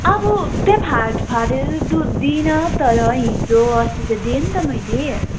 अब त्यहाँ फा फाटेर दुध दिइनँ तर हिजो अस्ति त दिएँ नि त मैले